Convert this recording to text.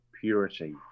purity